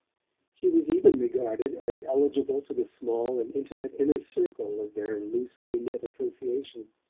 she was even regarded as eligible to the small and intimate inner circle of their loosely-knit association.